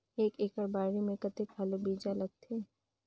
एक एकड़ बाड़ी मे कतेक आलू बीजा लगथे?